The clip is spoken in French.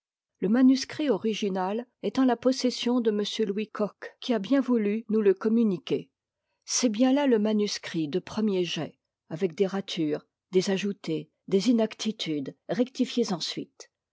le manuscrit original est en la possession de m louis koch qui a bien voulu nous le communiquer c'est bien là le manuscrit de premier jet avec des ratures des ajoutés des inexactitudes rectifiées ensuite